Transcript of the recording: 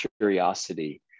curiosity